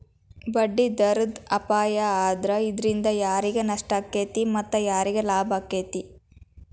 ಬಡ್ಡಿದರದ್ ಅಪಾಯಾ ಆದ್ರ ಇದ್ರಿಂದಾ ಯಾರಿಗ್ ನಷ್ಟಾಕ್ಕೇತಿ ಮತ್ತ ಯಾರಿಗ್ ಲಾಭಾಕ್ಕೇತಿ?